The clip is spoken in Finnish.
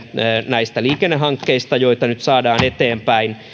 näistä liikennehankkeista joita nyt saadaan eteenpäin